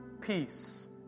peace